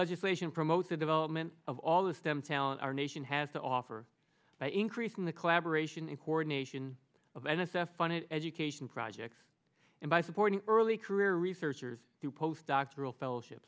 legislation promotes the development of all the stem talent our nation has to offer by increasing the collaboration and coordination of n s f funded education projects and by supporting early career researchers to post doctoral fellow ship